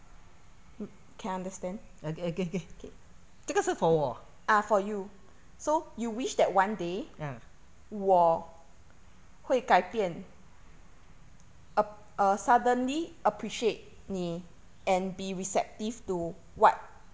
again again again 这个是 for 我 ah